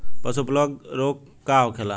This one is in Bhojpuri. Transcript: पशु प्लग रोग का होखेला?